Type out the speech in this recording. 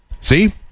See